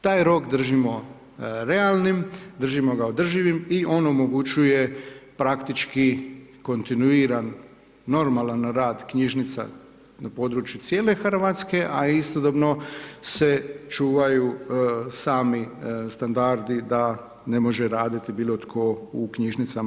Taj rok držimo realnim, držimo ga održivim o on omogućuje praktički kontinuiran normalan rad knjižnica na području cijele Hrvatske a istodobno se čuvaju sami standardi da ne može raditi bilo tko u knjižnicama.